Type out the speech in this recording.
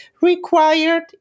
required